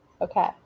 Okay